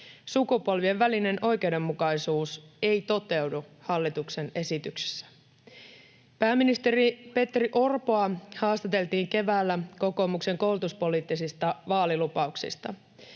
Sukupolvien välinen oikeudenmukaisuus ei toteudu hallituksen esityksessä. Pääministeri Petteri Orpoa haastateltiin keväällä kokoomuksen koulutuspoliittisista vaalilupauksista.